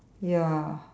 ya